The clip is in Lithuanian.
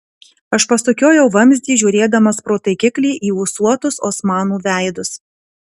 aš pasukiojau vamzdį žiūrėdamas pro taikiklį į ūsuotus osmanų veidus